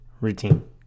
routine